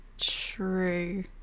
True